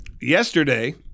yesterday